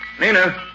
Nina